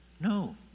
No